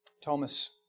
Thomas